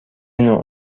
نوع